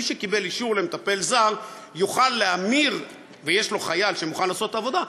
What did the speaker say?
מי שקיבל אישור למטפל זר ויש לו חייל שמוכן לעשות את העבודה,